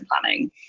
planning